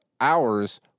Hours